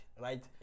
right